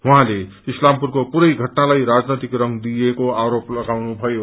उहाँले इस्लामपुरको पूरै घटनालाई राजनैतिक रंग दिइएको आरोप लागाउनु भयो